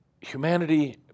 humanity